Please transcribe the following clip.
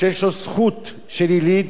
שיש לו זכות של יליד.